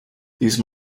these